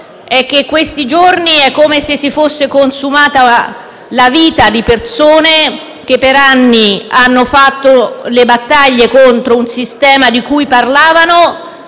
è che in questi giorni è come se si fosse consumata la vita di persone che per anni hanno fatto delle battaglie contro un sistema di cui parlavano,